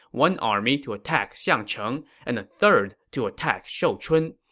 one army to attack xiangcheng, and a third to attack shouchun.